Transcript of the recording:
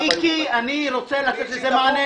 מיקי, אני רוצה לתת לזה מענה.